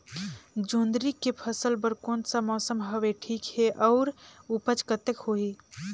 जोंदरी के फसल बर कोन सा मौसम हवे ठीक हे अउर ऊपज कतेक होही?